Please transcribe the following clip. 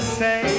say